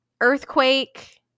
Earthquake